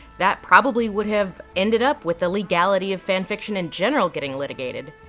that probably would have ended up with the legality of fan fiction in general getting litigated.